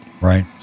Right